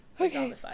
Okay